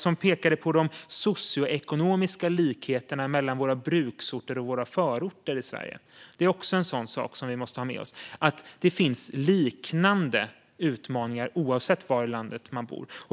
Kollegan pekade på de socioekonomiska likheterna mellan våra bruksorter och våra förorter i Sverige. Det är också en sak som vi måste ha med oss. Man har liknande utmaningar oavsett var i landet man bor.